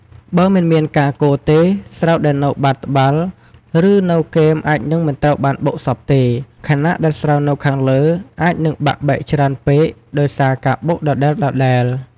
បើមិនមានការកូរទេ ស្រូវដែលនៅបាតត្បាល់ ឬនៅគែមអាចនឹងមិនត្រូវបានបុកសព្វទេ ខណៈដែលស្រូវនៅខាងលើអាចនឹងបាក់បែកច្រើនពេកដោយសារការបុកដដែលៗ។